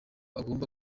agomba